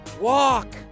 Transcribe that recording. Walk